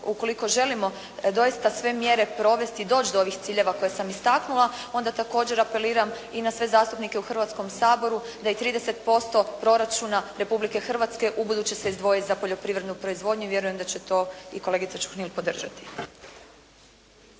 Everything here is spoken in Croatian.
ukoliko želimo doista sve mjere provesti i doći do ovih ciljeva koje sam istaknula, onda također apeliram i na sve zastupnike u Hrvatskom saboru da i 30% proračuna Republike Hrvatske u buduće se izdvoji za poljoprivrednu proizvodnju i vjerujem da će to i kolegica Ćuhnil podržati.